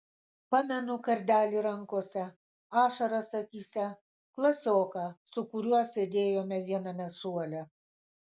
pamenu kardelį rankose ašaras akyse klasioką su kuriuo sėdėjome viename suole